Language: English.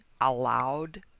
allowed